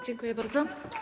Dziękuję bardzo.